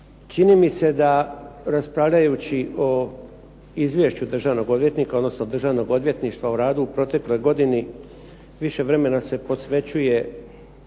čini mi se da raspravljajući o izvješću državnog odvjetnika, odnosno Državnog odvjetništva u radu u protekloj godini više vremena se posvećuje